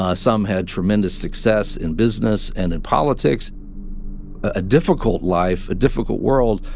ah some had tremendous success in business and in politics a difficult life, a difficult world,